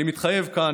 אני מתחייב כאן,